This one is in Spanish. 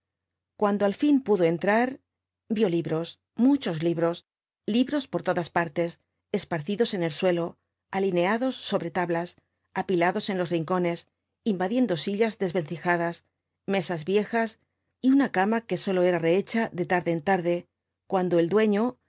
cuando al fin pudo entrar vio libros muchos libros libros por todas partes esparcidos en el suelo alineados sobre tablas apilados en los rincones invadiendo sillas desvencijadas mesas viejas y una cama que sólo era rehecha de tarde en tarde cuando el dueño